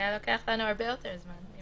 היה לוקח לנו הרבה יותר זמן.